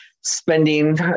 spending